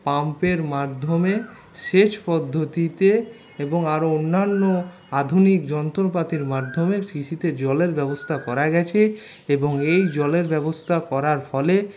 পাম্পের মাধ্যমে সেচ পদ্ধতিতে এবং আরও অন্যান্য আধুনিক যন্ত্রপাতির মাধ্যমে কৃষিতে জলের ব্যবস্থা করা গেছে এবং এই জলের ব্যবস্থা করার ফলে